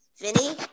Vinny